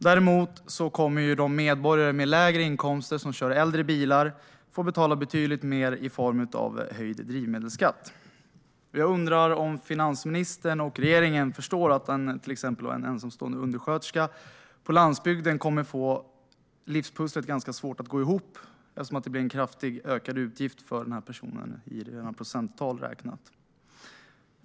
Däremot kommer medborgare med lägre inkomster och som kör äldre bilar att få betala betydligt mer i form av höjd drivmedelsskatt. Jag undrar om finansministern och regeringen förstår att det kommer att bli svårt för exempelvis en ensamstående undersköterska på landsbygden att få livspusslet att gå ihop, då utgiften för personen i fråga kraftigt ökar i procenttal räknat.